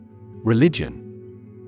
Religion